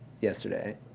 yesterday